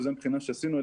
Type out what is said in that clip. וזה מבחינה שעשינו,